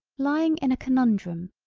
lying in a conundrum,